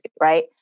right